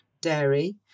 dairy